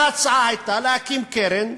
וההצעה הייתה להקים קרן,